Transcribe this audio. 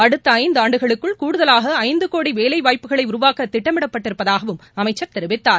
அடுத்த ஐந்து ஆண்டுகளுக்குள் கூடுதலாக ஐந்து கோடி வேலை வாய்ப்புக்களை உருவாக்க திட்டமிடப்பட்டிருப்பதாகவும் அமைச்சர் தெரிவித்தார்